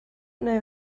know